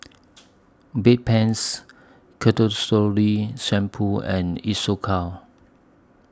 Bedpans Shampoo and Isocal